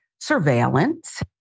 surveillance